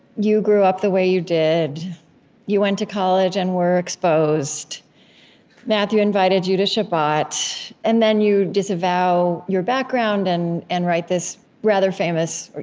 you grew up the way you did you went to college and were exposed matthew invited you to shabbat and then, you disavow your background and and write this rather famous